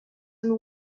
and